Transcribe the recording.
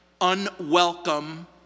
unwelcome